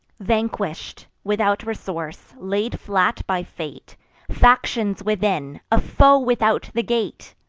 vanquish'd without resource laid flat by fate factions within, a foe without the gate!